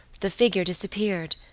the figure disappeared,